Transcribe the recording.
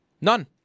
None